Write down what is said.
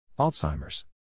Alzheimer's